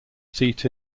seat